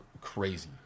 crazy